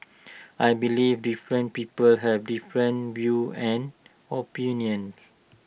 I believe different people have different views and opinions